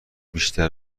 بیشتر